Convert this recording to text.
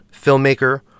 filmmaker